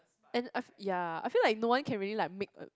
and I ya I feel like no one can really like make